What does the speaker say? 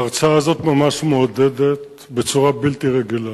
ההרצאה הזאת ממש מעודדת, בצורה בלתי רגילה.